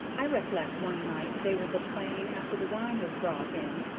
i rec'lect one night they was a playin' after the wine was brought in,